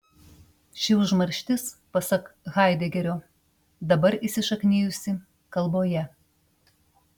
ši užmarštis pasak haidegerio dabar įsišaknijusi kalboje